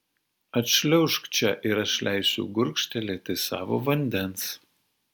atšliaužk čia ir aš leisiu gurkštelėti savo vandens